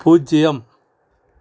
பூஜ்யம்